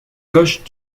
gauche